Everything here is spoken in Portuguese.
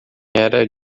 era